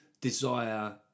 desire